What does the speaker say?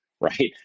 right